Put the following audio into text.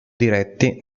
diretti